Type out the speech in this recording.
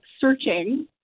searching